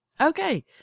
Okay